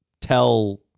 tell